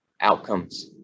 outcomes